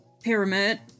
pyramid